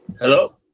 Hello